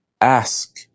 Ask